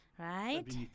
Right